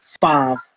five